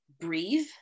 breathe